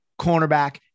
cornerback